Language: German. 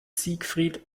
siegfried